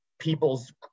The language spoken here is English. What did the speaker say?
people's